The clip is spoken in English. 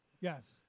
Yes